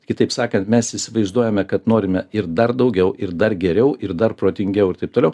kitaip sakant mes įsivaizduojame kad norime ir dar daugiau ir dar geriau ir dar protingiau ir taip toliau